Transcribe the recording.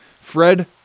Fred